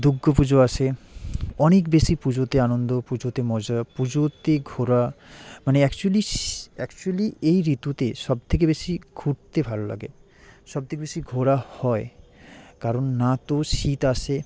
দুগ্গো পুজো আসে অনেক বেশি পুজোতে আনন্দ পুজোতে মজা পুজোতে ঘোরা মানে অ্যাকচুয়ালি অ্যাকচুয়ালি এই ঋতুতে সবথেকে বেশি ঘুরতে ভালো লাগে সবথেকে বেশি ঘোরা হয় কারণ না তো শীত আসে